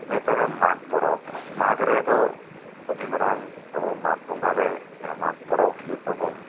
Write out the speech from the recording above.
ᱤᱱᱟᱹ ᱛᱟᱭᱚᱢ ᱢᱟᱜᱽ ᱯᱚᱨᱚᱵᱽ ᱢᱟᱜ ᱨᱮᱫᱚ ᱟᱹᱰᱤ ᱢᱟᱨᱟᱝ ᱟᱵᱩ ᱢᱟᱜ ᱵᱚᱸᱜᱟ ᱨᱮ ᱡᱟᱦᱟᱸ ᱢᱟᱜᱽ ᱯᱚᱨᱚᱵᱽ ᱦᱩᱭᱩᱜ ᱛᱟᱵᱩᱱ